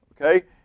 Okay